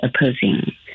opposing